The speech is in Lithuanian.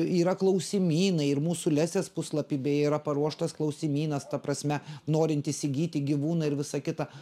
yra klausimynai ir mūsų lesės puslapy beje yra paruoštas klausimynas ta prasme norint įsigyti gyvūną ir visa kita